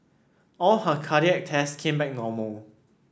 all her cardiac tests came back normal